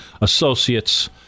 associate's